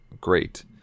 great